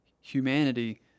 humanity